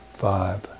Five